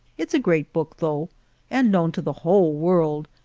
it's a great book though and known to the whole world,